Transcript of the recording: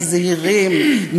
מזהירים,